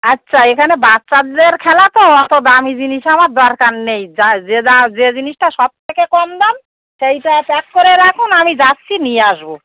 আচ্ছা এখানে বাচ্চাদের খেলা তো অত দামি জিনিসে আমার দরকার নেই যা যে দা যে জিনিসটা সবথেকে কম দাম সেইটা প্যাক করে রাখুন আমি যাচ্ছি নিয়ে আসবো